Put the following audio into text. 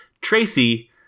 Tracy